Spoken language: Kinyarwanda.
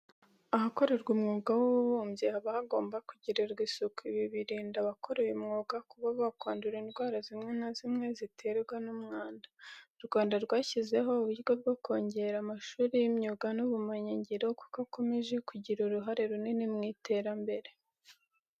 Ahakorerwa umwuga w'ububumbyi haba hagomba kugirirwa isuku. Ibi birinda abakora uyu mwuga kuba bakwandura indwara zimwe na zimwe ziterwa n'umwanda. U Rwanda, rwashyizeho uburyo bwo kongera amashuri y'imyuga n'ubumenyingiro, kuko akomeje kugira uruhare runini mu iterambere.